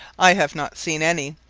i have not seene any,